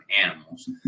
animals